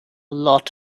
lot